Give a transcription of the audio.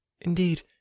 Indeed